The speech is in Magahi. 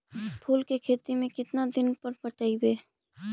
फूल के खेती में केतना दिन पर पटइबै?